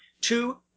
Two